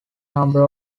number